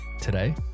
today